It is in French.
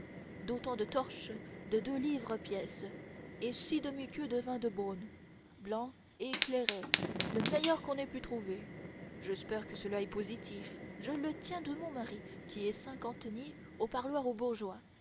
autant de torches de deux livres pièce et six demi queues de vin de beaune blanc et clairet le meilleur qu'on ait pu trouver j'espère que cela est positif je le tiens de mon mari qui est cinquantenier au parloir aux bourgeois